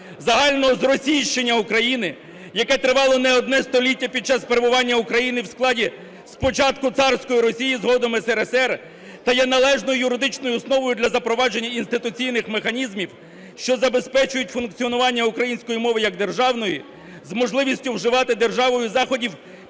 загального зросійщення України, яке тривало не одне століття під час перебування України в складі спочатку царської Росії, згодом СРСР, та є належною юридичною основою для запровадження інституційних механізмів, що забезпечують функціонування української мови як державної з можливістю вживати державою заходів